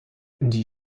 die